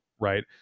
right